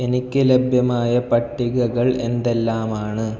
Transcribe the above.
എനിക്ക് ലഭ്യമായ പട്ടികകൾ എന്തെല്ലാമാണ്